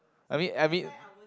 I mean I mean